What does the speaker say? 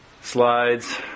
slides